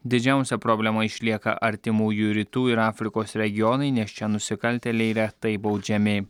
didžiausia problema išlieka artimųjų rytų ir afrikos regionai nes čia nusikaltėliai retai baudžiami